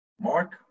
Mark